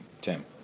Tim